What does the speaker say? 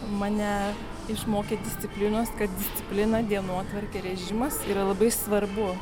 mane išmokė disciplinos kad disciplina dienotvarkė režimas yra labai svarbu